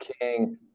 King